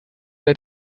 seit